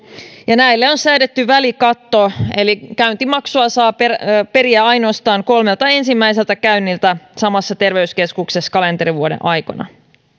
ja näille on säädetty välikatto eli käyntimaksua saa periä periä ainoastaan kolmelta ensimmäiseltä käynniltä samassa terveyskeskuksessa kalenterivuoden aikana